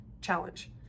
challenge